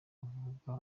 avuka